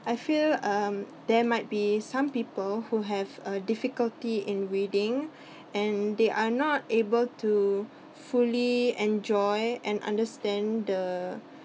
I feel um there might be some people who have a difficulty in reading and they are not able to fully enjoy and understand the